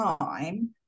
time